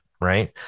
right